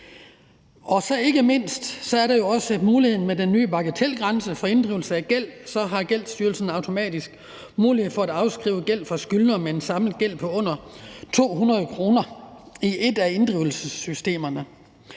Så er der ikke mindst også med den nye bagatelgrænse for inddrivelse af gæld mulighed for, at Gældsstyrelsen automatisk kan afskrive gæld fra skyldnere med en samlet gæld på under 200 kr. i et af inddrivelselsessystemerne.